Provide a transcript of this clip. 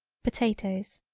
potatoes.